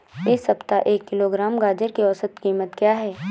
इस सप्ताह एक किलोग्राम गाजर की औसत कीमत क्या है?